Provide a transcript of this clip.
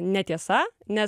netiesa nes